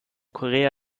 korea